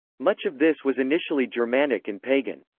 much of this was initially germanic and pagan.